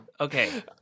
Okay